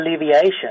alleviation